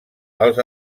els